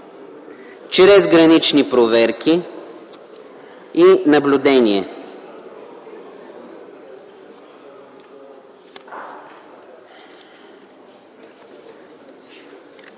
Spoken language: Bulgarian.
чрез гранични проверки и наблюдение;”.